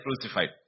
crucified